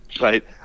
Right